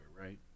right